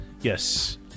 Yes